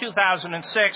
2006